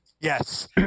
Yes